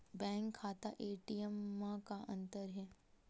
Bank खाता ATM मा का अंतर हे?